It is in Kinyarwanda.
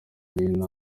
y’inama